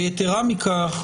יתרה מכך,